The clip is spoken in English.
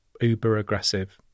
uber-aggressive